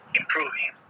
improving